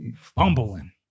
Fumbling